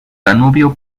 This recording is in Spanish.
danubio